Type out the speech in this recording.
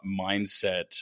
mindset